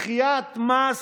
דחיית מס